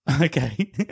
Okay